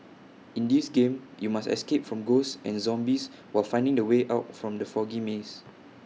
in this game you must escape from ghosts and zombies while finding the way out from the foggy maze